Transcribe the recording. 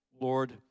Lord